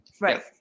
right